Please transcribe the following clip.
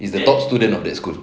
is the top student of that school